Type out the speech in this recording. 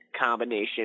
combination